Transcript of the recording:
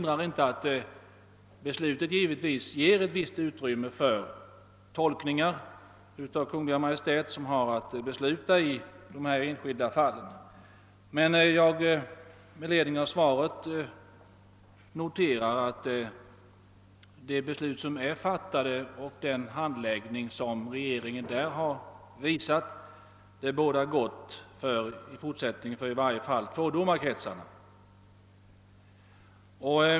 Riksdagsbeslutet ger dock utrymme för tolkningar av Kungl. Maj:t som har att besluta i de enskilda fallen. Med ledning av svaret noterar jag emellertid att regeringens handläggning av de fall i vilka beslut har fattats bådar gott i fortsättningen, åtminstone för tvådomarkretsarna.